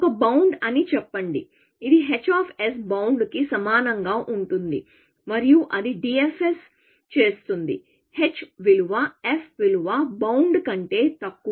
ఒక బౌండ్ అని చెప్పండి ఇది h బౌండ్ కి సమానంగా ఉంటుంది మరియు అది DFS చేస్తుంది h విలువ f విలువ బౌండ్ కంటే తక్కువ